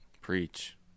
Preach